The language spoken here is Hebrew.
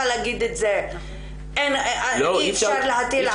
להגיד את זה שאי אפשר להטיל על השופט?